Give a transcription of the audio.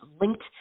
linked